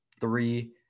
three